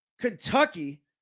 Kentucky